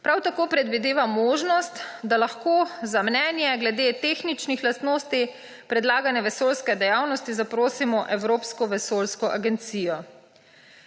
Prav tako predvideva možnost, da lahko za mnenje glede tehničnih lastnosti predlagane vesoljske dejavnosti zaprosimo Evropsko vesoljsko agencijo.